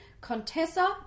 Contessa